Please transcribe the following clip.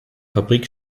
fabrik